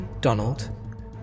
Donald